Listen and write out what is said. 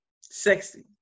sexy